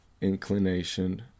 inclination